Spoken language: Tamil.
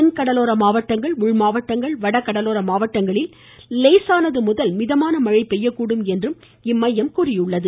தென் கடலோர மாவட்டங்கள் உள் மாவட்டங்கள் வட கடலோர மாவட்டங்களில் லேசானது முதல் மிதமான மழை பெய்யக்கூடும் என்றும் இம்மையம் கூறியுள்ளது